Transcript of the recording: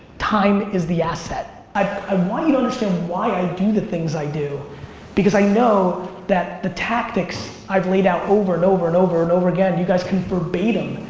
time is the asset. i ah want you to understand why i do the things i do because i know that the tactics i've laid out over and over and over and over again, you guys can verbatim,